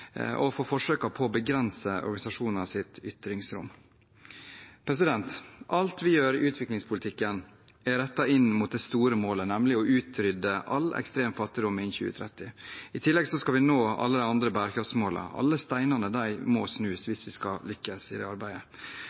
og for forsøkene på å begrense organisasjoners ytringsrom. Alt vi gjør i utviklingspolitikken, er rettet inn mot det store målet, nemlig å utrydde all ekstrem fattigdom innen 2030. I tillegg skal vi nå alle de andre bærekraftsmålene. Alle steiner må snus hvis vi skal lykkes i det arbeidet.